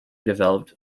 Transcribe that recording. developed